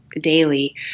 daily